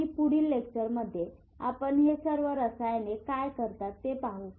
आणि पुढील लेक्चरमध्ये आपण हे सर्व रसायने काय करतात ते पाहू